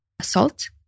salt